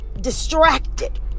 distracted